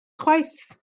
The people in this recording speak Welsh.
chwaith